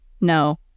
No